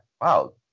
wow